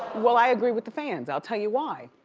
well, i agree with the fans. i'll tell you why.